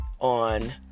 on